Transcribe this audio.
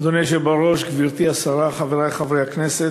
אדוני היושב בראש, גברתי השרה, חברי חברי הכנסת,